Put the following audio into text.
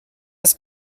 ist